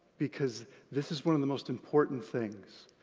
because this is one of the most important things.